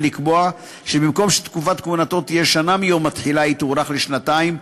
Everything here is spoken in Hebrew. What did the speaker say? ולקבוע שבמקום שתקופת כהונתו תהיה שנה מיום התחילה היא תוארך לשנתיים,